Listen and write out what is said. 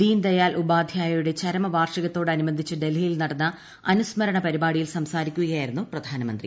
ദീൻദയാൽ ഉപാധ്യയുടെ ചരമവാർഷികത്തോടനുബന്ധിച്ച് ഡൽഹിയിൽനടന്ന അനുസ്മരണ പരിപാടിയിൽ സംസാരിക്കുകയായിരുന്നു പ്രധാനമന്ത്രി